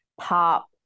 pop